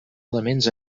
elements